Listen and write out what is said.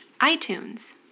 iTunes